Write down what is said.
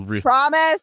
promise